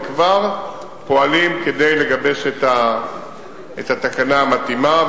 וכבר פועלים כדי לגבש את התקנה המתאימה.